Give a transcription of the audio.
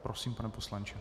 Prosím, pane poslanče.